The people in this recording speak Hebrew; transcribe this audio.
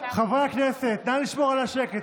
חברי הכנסת, נא לשמור על השקט.